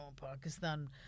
Pakistan